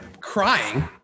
crying